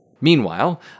Meanwhile